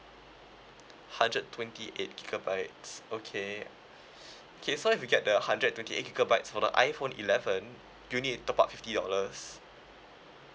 hundred twenty eight gigabytes okay okay so if you get the hundred and twenty eight gigabytes for the iphone eleven you need to top up fifty dollars